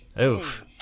Oof